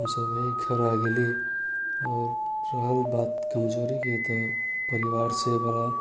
हमसब घर आ गेली आओर रहल बात कमजोरीके तऽ परिवारसँ बड़ा